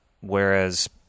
Whereas